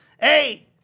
hey